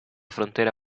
frontera